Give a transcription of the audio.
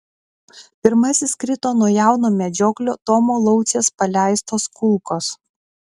pirmasis krito nuo jauno medžioklio tomo laucės paleistos kulkos